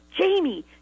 Jamie